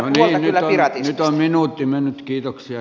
no niin nyt on minuutti mennyt kiitoksia